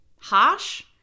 Harsh